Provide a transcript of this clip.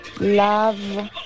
love